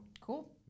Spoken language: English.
Cool